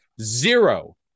Zero